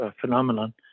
Phenomenon